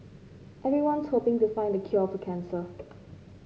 everyone's hoping to find the cure for cancer